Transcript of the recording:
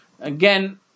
Again